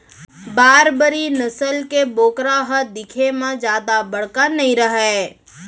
बारबरी नसल के बोकरा ह दिखे म जादा बड़का नइ रहय